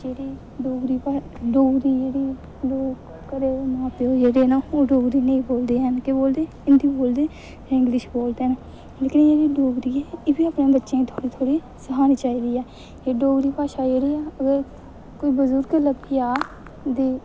जेहड़े डोगरी भाशा डोगरी घरे दे मां प्यो जेहड़े न ओह् डोगरी नेईं बोलदे हैन ओह् हिंदी बोलदे इंग्लिश बोलदे न लेकिन एह् ऐ कि डोगरी असें बी अपने बच्चें गी थोह्ड़ी थोह्ड़ी सखानी चाहिदी ऐ डोगरी भाशा जेहड़ी ऐ कोई बुजर्ग गै लब्भी जा दे